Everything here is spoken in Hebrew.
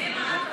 לוועדת החוקה,